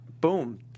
boom